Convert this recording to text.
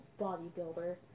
bodybuilder